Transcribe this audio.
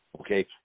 Okay